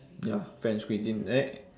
ya french cuisine eh